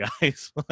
guys